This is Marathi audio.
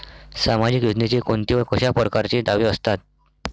सामाजिक योजनेचे कोंते व कशा परकारचे दावे असतात?